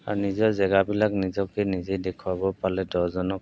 আৰু নিজৰ জেগাবিলাক নিজকে নিজে দেখুৱাব পালে দহজনক